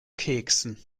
keksen